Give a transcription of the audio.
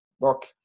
look